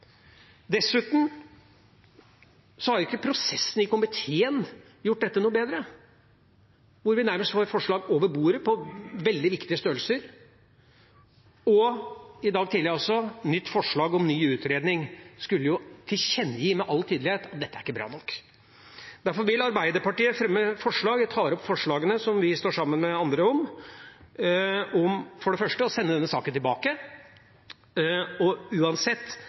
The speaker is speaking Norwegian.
Dessuten har ikke prosessen i komiteen gjort dette noe bedre – hvor vi nærmest over bordet fikk et forslag om veldig viktige størrelser, og i dag tidlig fikk et nytt forslag om ny utredning. Man skulle jo kunne tilkjennegi, med all tydelighet, at dette ikke er bra nok. Derfor vil Arbeiderpartiet fremme forslag – jeg tar opp forslagene som vi står sammen med andre om – om å sende denne saken tilbake til regjeringa og